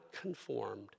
conformed